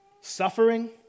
suffering